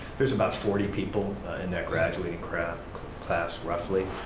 there's about forty people in that graduating class class roughly,